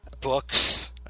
Books